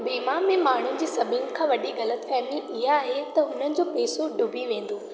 बीमा में माण्हुनि जी सभिनी खां वॾी ग़लतफहमी इहा आहे त हुनजो पैसो डुबी वेंदो